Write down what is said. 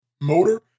motor